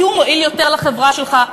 כי הוא מועיל יותר לחברה שלך.